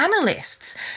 analysts